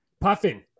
Puffin